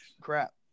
crap